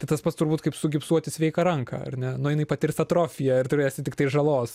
tai tas pats turbūt kaip sugipsuoti sveiką ranką ar ne nu jinai patirs atrofiją ir turėsi tiktai žalos